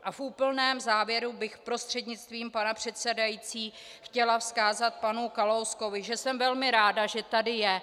A v úplném závěru bych prostřednictvím pana předsedajícího chtěla vzkázat panu Kalouskovi, že jsem velmi ráda, že tady je.